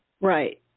Right